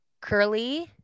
Curly